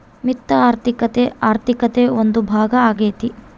ವಿತ್ತ ಆರ್ಥಿಕತೆ ಆರ್ಥಿಕತೆ ಒಂದು ಭಾಗ ಆಗ್ಯತೆ